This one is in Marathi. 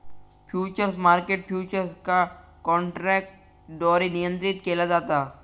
फ्युचर्स मार्केट फ्युचर्स का काँट्रॅकद्वारे नियंत्रीत केला जाता